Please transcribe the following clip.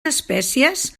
espècies